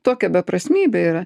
tokia beprasmybė yra